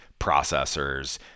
processors